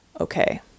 Okay